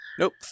Nope